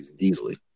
easily